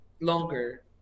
longer